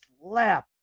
slap